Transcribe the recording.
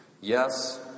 Yes